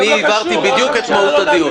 אני הבהרתי בדיוק את מהות הדיון.